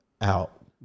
out